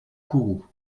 kourou